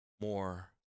more